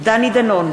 דני דנון,